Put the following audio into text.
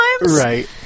Right